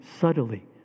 subtly